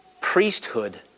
priesthood